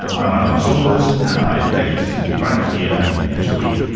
i'm alan saunders and i elect to be back here next week